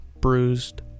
bruised